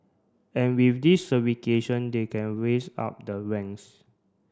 and with this they can raise up the ranks